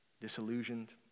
disillusioned